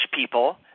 people